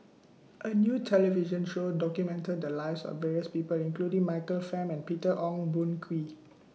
A New television Show documented The Lives of various People including Michael Fam and Peter Ong Boon Kwee